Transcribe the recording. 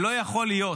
לא יכול להיות